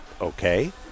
okay